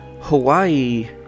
Hawaii